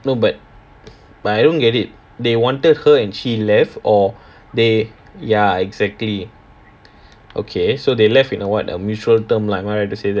no but but I don't get it they wanted her and she left or they ya exactly okay so they left in a what a mutual term lah am I right to say that